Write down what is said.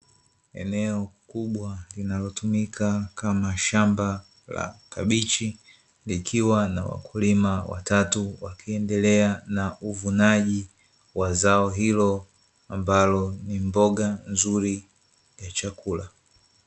Eneo kubwa linalotumika Kama shamba la kabichi likiwa na wakulima watatu, wakiendelea na uvunaji wa zao hilo ambalo ni mboga nzuri ya chakula.